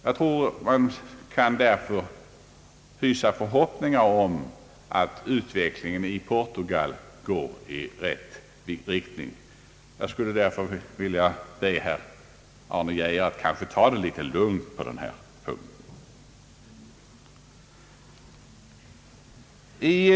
Jag tror att man kan hysa förhoppningar om att utvecklingen i Portugal går i rätt riktning. Därför ville jag be herr Arne Geijer att ta det litet lugnt på den här punkten.